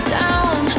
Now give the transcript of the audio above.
down